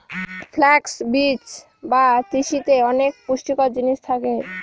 flux বীজ বা তিসিতে অনেক পুষ্টিকর জিনিস থাকে